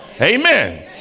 Amen